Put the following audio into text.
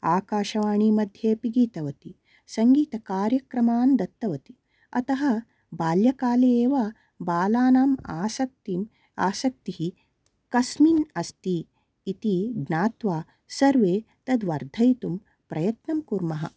आकाशवाणी मध्ये अपि गीतवती सङ्गीतकार्यक्रमान् दत्तवती अतः बाल्यकाले एव बालानां असक्तिं आसक्तिः कस्मिन् अस्ति इति ज्ञात्वा सर्वे तद्वर्धयितुं प्रयत्नं कुर्मः